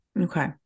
Okay